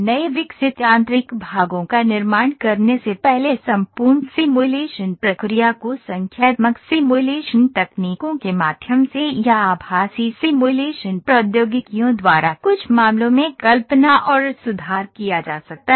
नए विकसित यांत्रिक भागों का निर्माण करने से पहले संपूर्ण सिमुलेशन प्रक्रिया को संख्यात्मक सिमुलेशन तकनीकों के माध्यम से या आभासी सिमुलेशन प्रौद्योगिकियों द्वारा कुछ मामलों में कल्पना और सुधार किया जा सकता है